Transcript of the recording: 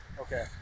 Okay